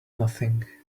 nothing